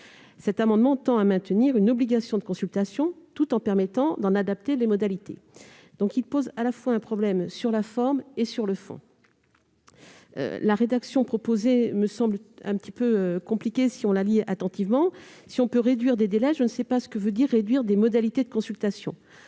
Cet amendement tend à maintenir une obligation de consultation, tout en permettant d'en adapter les modalités. Il pose un problème à la fois sur la forme et sur le fond. D'une part, la rédaction proposée me semble un peu compliquée si on la lit attentivement. Si l'on peut réduire des délais, je ne sais pas ce que veut dire réduire des modalités de consultation.